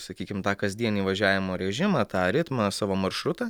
sakykim kasdienį važiavimo režimą tą ritmą savo maršrutą